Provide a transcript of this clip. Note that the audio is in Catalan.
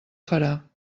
farà